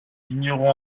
ignorons